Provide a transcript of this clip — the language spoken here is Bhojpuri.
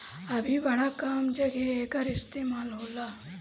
अभी बड़ा कम जघे एकर इस्तेमाल होला